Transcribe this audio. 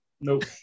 Nope